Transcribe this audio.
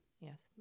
Yes